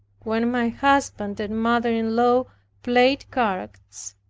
when my husband and mother-in-law played cards,